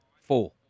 four